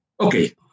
Okay